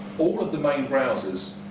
all of the main browsers,